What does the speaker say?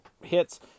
hits